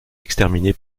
exterminée